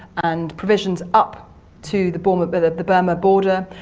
and provisions up to the burma but the burma border,